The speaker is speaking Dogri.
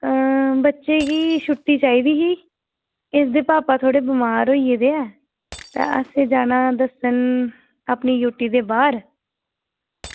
बच्चे गी छुट्टी चाहिदी ही इसदे भापा थोह्ड़े बमार होई गेदे ऐ असें जाना इनेंगी दस्सन अपनी यूटी दे बाहर